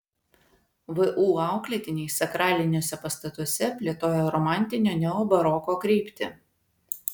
vu auklėtiniai sakraliniuose pastatuose plėtojo romantinio neobaroko kryptį